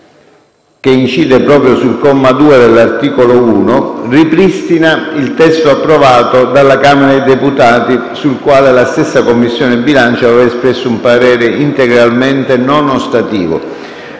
che incide proprio sul comma 2 dell'articolo 1, ripristina il testo approvato dalla Camera dei deputati sul quale la stessa Commissione bilancio aveva espresso un parere integralmente non ostativo.